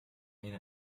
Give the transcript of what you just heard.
ein